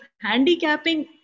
handicapping